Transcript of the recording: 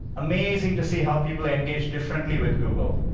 amazing to see how people engage differently with google.